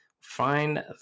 find